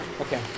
Okay